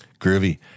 Groovy